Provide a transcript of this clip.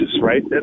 right